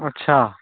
अच्छा